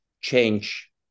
change